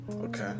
okay